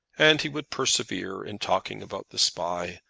and he would persevere in talking about the spy,